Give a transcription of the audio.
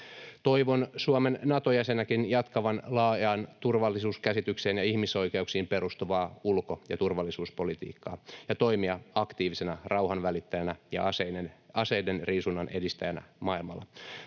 Toivon Suomen Nato-jäsenenäkin jatkavan laajaan turvallisuuskäsitykseen ja ihmisoikeuksiin perustuvaa ulko- ja turvallisuuspolitiikkaa ja toimivan aktiivisena rauhanvälittäjänä ja aseidenriisunnan edistäjänä maailmalla.